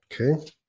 Okay